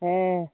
ᱦᱮᱸ